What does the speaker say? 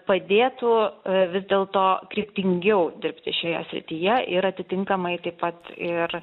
padėtų vis dėlto kryptingiau dirbti šioje srityje ir atitinkamai taip pat ir